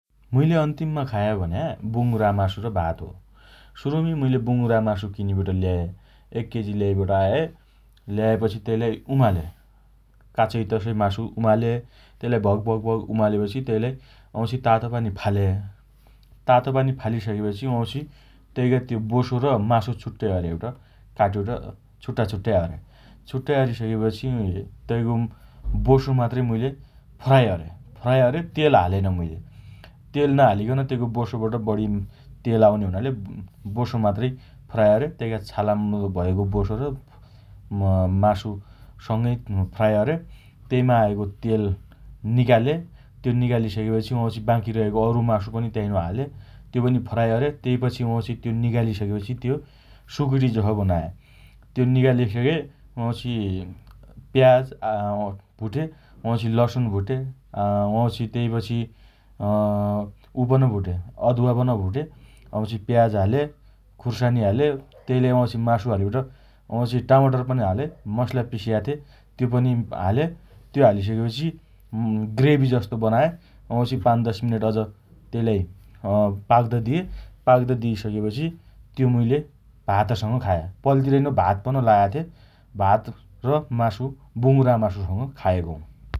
मुइले अन्तिममा खाया भन्या बुंगुरा मासु र भात हो । सुरुमी मुइले बुंगुरा मासु किनिबट ल्याए । एक केजी लेइबट आए । ल्याएपछि तेइलाई उमाले । काचोई तसोइ मासु उमाले । तेइलाई भकभक उमालेपछि तेइलाई वाँउपछि तातो पानी फाले । तातोपानी फालिसकेपछि वाउँछि तेइका तेइ बोसो र मासु छुट्टैअरिबट काटिबट छुट्टाछुट्टै अरे । छुट्टाइ अरिसकेपछि तैको बोसो मात्रै मुइले फ्राइ अरे । फ्राइ अरे । तेल हालेन मुइले । तेल नहालीकन तेइको बोसोबट बणी तेल आउने हुनाले बोसो मात्रै फ्राइ अरे । तेइका छालाम्बा भएको बोसो अँ मासुसँगै फ्राइ अरे । तेइमा आएको तेल निकाले । त्यो निकालिसकेपछि वाउँछि बाँकी रहेको औरु मासु पनि तेइनो हाले । त्यो पनि फ्राइ अरे । तेइपछि त्यो निकालिसकेपछि त्यो सुकुटी जसो बनाए । त्यो निकालीसके वाउँछि प्याज आआउँ भुटे । वाउँछि लसुन भुटे । अँ वाउँछि तेइपछि अँ उपन भुटे । अदुवा पन भुटे । वाउँछि प्याज हाले । खुर्सानी हाले तेइलाई वाउँछि मासु हालिबट वाउँछि टमाटर पनि हाले । मसला पिस्या थे । त्यो पनि हाले । त्यो हालिसकेपछि मुम् ग्रेभी जसो बनाए । वाउँछि पाँचदश मिनेट अझ तेइलाई अँ पाक्त दिए । पाक्द दिइसकेपछि त्यो मुइले भातसँग खाए । पल्तिरैनो भात पन लाया थे । भात र मासु । बुंगुरा मासुसँग खाएको हुँ ।